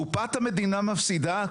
קופת המדינה מפסידה.